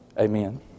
Amen